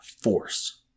force